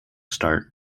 start